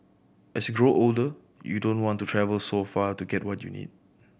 as you grow older you don't want to travel so far to get what you need